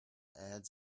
ads